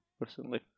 personally